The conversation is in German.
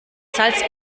salz